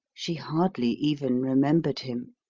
she hardly even remembered him